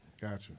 Gotcha